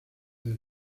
del